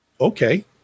Okay